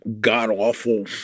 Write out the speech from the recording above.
god-awful